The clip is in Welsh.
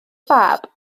fab